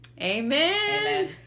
Amen